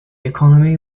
economy